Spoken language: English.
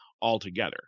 altogether